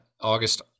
August